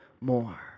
more